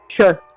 Sure